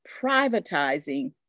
privatizing